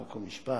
חוק ומשפט.